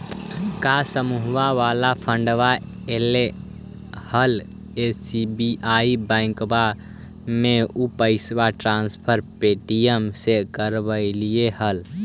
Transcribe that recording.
का समुहवा वाला फंडवा ऐले हल एस.बी.आई बैंकवा मे ऊ पैसवा ट्रांसफर पे.टी.एम से करवैलीऐ हल?